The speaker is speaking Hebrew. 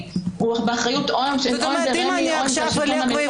הוא באחריות רמ"י או של השלטון המקומי,